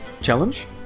challenge